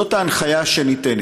זאת ההנחיה שניתנת.